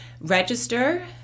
register